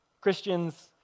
Christians